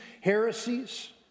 heresies